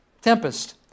Tempest